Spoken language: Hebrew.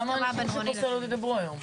כמה אנשים משופרסל עוד ידברו היום?